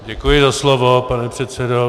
Děkuji za slovo, pane předsedo.